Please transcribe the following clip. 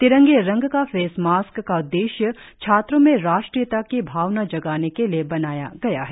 तिरंगे रंग का फेस मास्क का उद्देश्य छात्रों में राष्ट्रीयता की भावना जगाने के लिए बनाया गया है